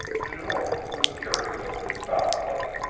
de noort, who was furious over this foul play,